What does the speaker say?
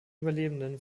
überlebenden